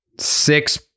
Six